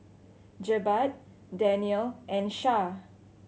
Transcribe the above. Jebat Daniel and Syah